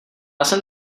jsem